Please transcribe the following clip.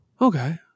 okay